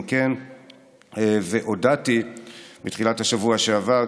והודעתי בתחילת השבוע שעבר,